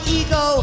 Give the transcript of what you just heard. ego